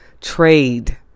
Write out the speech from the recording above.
trade